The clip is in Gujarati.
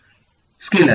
વિદ્યાર્થી સ્કેલર